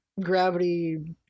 gravity